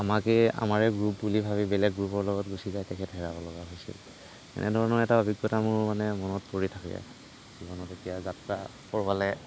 আমাকেই আমাৰে গ্ৰুপ বুলি ভাবি বেলেগ গ্ৰুপৰ লগত গুচি যোৱাত তেখেত হেৰাব লগা হৈছিল এনেধৰণৰ এটা অভিজ্ঞতা মোৰ মানে মনত পৰি থাকে জীৱনত এতিয়া যাত্ৰা ক'ৰবালৈ